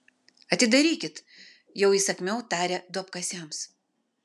atidarykit jau įsakmiau tarė duobkasiams